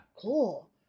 cool